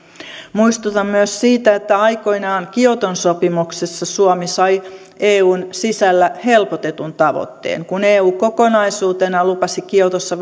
muistutan myös siitä että aikoinaan kioton sopimuksessa suomi sai eun sisällä helpotetun tavoitteen kun eu kokonaisuutena lupasi kiotossa